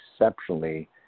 exceptionally